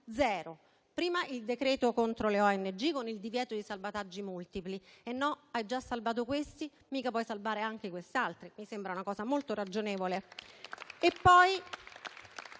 reali: prima il decreto-legge contro le ONG, con il divieto di salvataggi multipli (e no, hai già salvato questi, mica puoi salvare anche questi altri: mi sembra molto ragionevole).